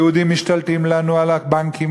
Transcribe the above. היהודים משתלטים לנו על הבנקים,